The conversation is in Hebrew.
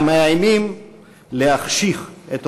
המאיימים להחשיך את עולמנו.